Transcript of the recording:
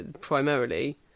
primarily